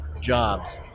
jobs